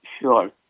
sure